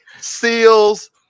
seals